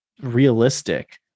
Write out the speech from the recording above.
realistic